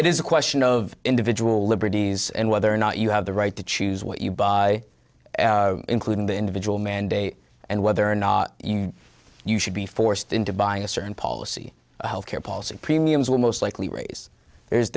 it is a question of individual liberties and whether or not you have the right to choose what you buy including the individual mandate and whether or not you should be forced into buying a certain policy health care policy premiums will most likely raise there's